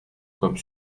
comme